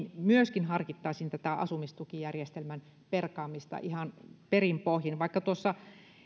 myöskin harkittaisiin asumistukijärjestelmän perkaamista ihan perin pohjin tuossa